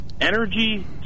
energy